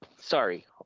Sorry